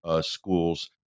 schools